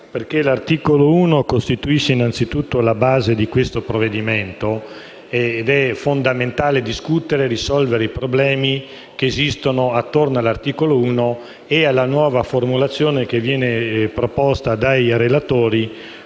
perché l'articolo 1 costituisce innanzitutto la base del provvedimento in esame. Ed è fondamentale discutere e risolvere i problemi che esistono attorno all'articolo 1 e alla nuova formulazione che viene proposta dai relatori